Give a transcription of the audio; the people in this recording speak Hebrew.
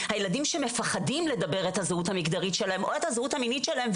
הילדים שמפחדים לדבר את הזהות המגדרית שלהם או את הזהות המינית שלהם,